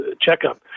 checkup